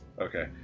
Okay